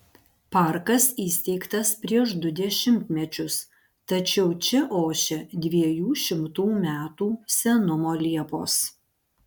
parkas įsteigtas prieš du dešimtmečius tačiau čia ošia dviejų šimtų metų senumo liepos